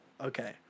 Okay